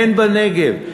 הן בנגב,